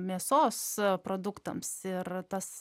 mėsos produktams ir tas